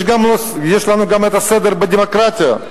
יש לנו גם סדר בדמוקרטיה.